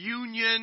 Union